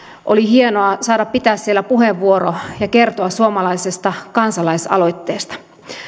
oli hienoa saada pitää siellä puheenvuoro ja kertoa siellä suomalaisesta kansalaisaloitteesta